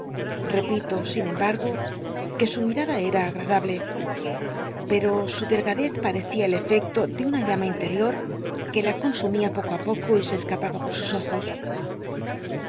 repito sin cmbargo que su mirada era agradable pero su delgadez parecia el efecto de una llama interior que la consumia poco á poco y se escapaba por sus ojos